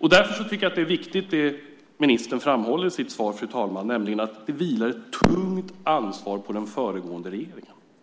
Därför tycker jag att det ministern framhåller i sitt svar är viktigt, fru talman, nämligen att det vilar ett tungt ansvar på den föregående regeringen.